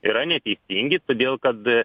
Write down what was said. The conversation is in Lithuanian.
yra neteisingi todėl kad